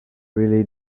really